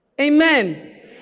Amen